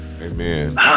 amen